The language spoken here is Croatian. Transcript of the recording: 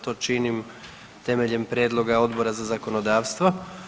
To činim temeljem prijedloga Odbora za zakonodavstvo.